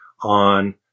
on